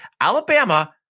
Alabama